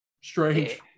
strange